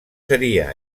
seria